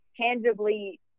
tangibly